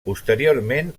posteriorment